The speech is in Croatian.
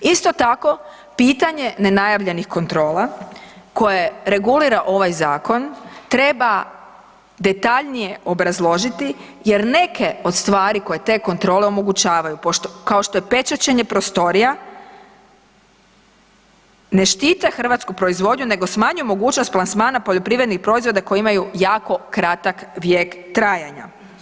Isto tako, pitanje nenajavljenih kontrola koje regulira ovaj zakon treba detaljnije obrazložiti jer neke od stvari koje te kontrole omogućavaju kao što je pečaćenje prostorija ne štite hrvatsku proizvodnju nego smanjuju mogućnost plasmana poljoprivrednih proizvoda koji imaju jako kratak vijek trajanja.